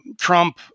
trump